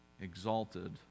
exalted